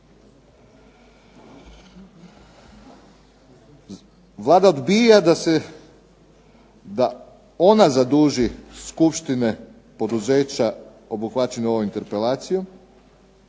Vlada odbija da se, da ona zaduži skupštine, poduzeća obuhvaćena ovom interpelacijom,